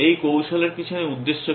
এই কৌশলের পিছনে উদ্দেশ্য কি